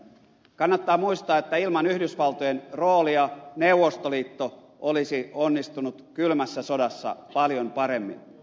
kannattaa muistaa että ilman yhdysvaltojen roolia neuvostoliitto olisi onnistunut kylmässä sodassa paljon paremmin